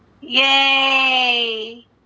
Yay